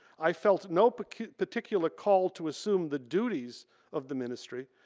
i felt no but particular call to assume the duties of the ministry,